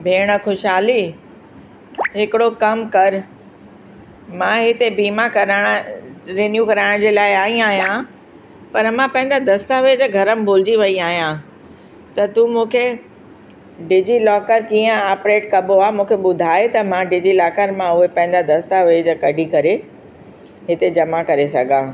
भेण खुशाली हिकिड़ो कम कर मां हिते वीमां करण रिन्यू कराइण जे लाइ आई आहियां पर मां पंहिंजा दस्तावेज घर में भुलिजी वई आहियां त तूं मूंखे डिजीलॉकर कीअं आपरेट कबो आहे मूंखे ॿुधाए त मां डिजीलाकर मां उहे पंहिंजा दस्तावेज कढी करे हिते जमां करे सघां